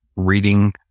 reading